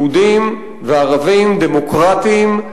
יהודים וערבים דמוקרטים,